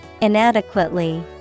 Inadequately